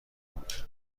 بود